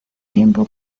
tiempo